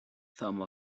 some